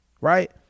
Right